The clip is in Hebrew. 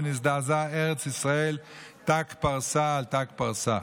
ונזדעזעה ארץ ישראל ת"ק פרסה על ת"ק פרסה.